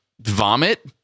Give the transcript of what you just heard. vomit